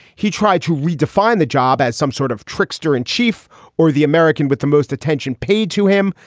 he tried to redefine the job as some sort of trickster in chief or the american with the most attention paid to him,